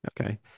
Okay